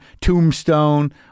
Tombstone